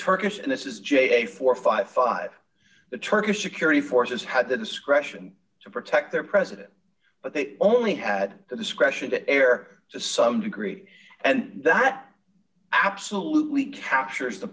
turkish and this is j four hundred and fifty five the turkish security forces had the discretion to protect their president but they only had the discretion to err to some degree and that absolutely captures the